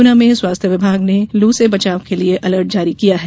गुना में स्वास्थ्य विभाग ने लू से बचाव के लिये अलर्ट जारी किया है